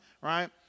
right